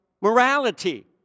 morality